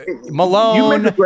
Malone